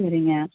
சரிங்க